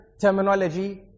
terminology